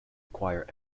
acquire